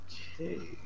Okay